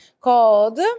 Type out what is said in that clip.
called